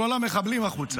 כל המחבלים החוצה.